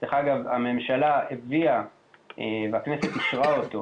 דרך אגב, הממשלה הביאה והכנסת אישרה אותו.